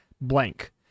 blank